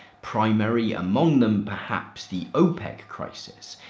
primary among them perhaps the opec crisis,